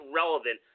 relevant